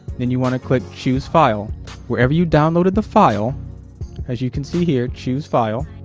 then you want to click choose file wherever you downloaded the file as you can see here choose file